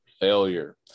failure